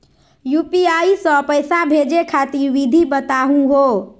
UPI स पैसा भेजै खातिर विधि बताहु हो?